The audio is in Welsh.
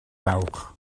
dawch